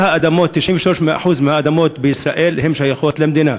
כל האדמות, 93% מהאדמות בישראל, שייכות למדינה.